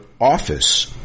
office